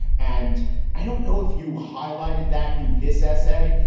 and i don't know if you highlighted that in this essay,